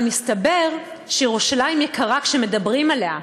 אבל מסתבר שירושלים יקרה כשמדברים עליה,